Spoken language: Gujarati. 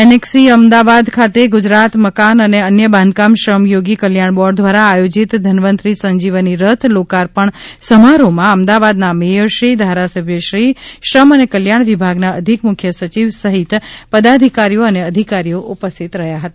એનેક્સિઅમદાવાદ ખાતે ગુજરાત મકાન અને અન્ય બાંધકામ શ્રમયોગી કલ્યાણ બોર્ડ દ્વારા આયોજિત ધનવંતરી સંજીવની રથ લોકાર્પણ સમારોહમાં અમદાવાદના મેયરશ્રી ધારાસભ્યશ્રીઓ શ્રમ અને કલ્યાણ વિભાગના અધિક મુખ્ય સચિવ સહિત પદાધિકારીઓ અને અધિકારીઓ ઉપસ્થિત રહ્યા હતા